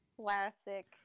classic